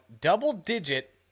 double-digit